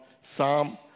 Psalm